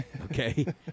Okay